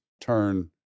turn